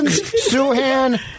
Suhan